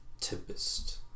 Tempest